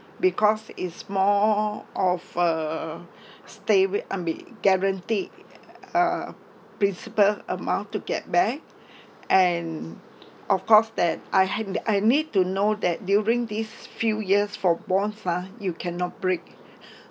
because is more of uh stay re~ I mean guaranteed uh principal amount to get back and of course that I had I need to know that during these few years for bonds uh you cannot break